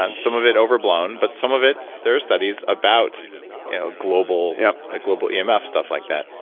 um some of it overblown, but some of it, there are studies about a global yeah ah global emf, stuff like that.